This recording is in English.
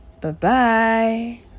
Bye-bye